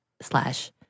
slash